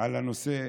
על הנושא.